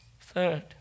Third